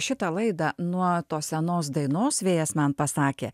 šitą laidą nuo tos senos dainos vėjas man pasakė